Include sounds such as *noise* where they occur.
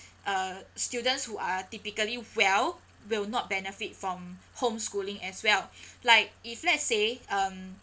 uh students who are typically well will not benefit from home schooling as well *breath* like if let's say um